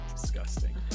Disgusting